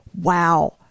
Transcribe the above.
Wow